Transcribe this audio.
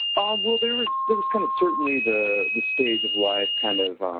um well, there was there was kind of certainly the the stage of life kind of, um